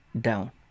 down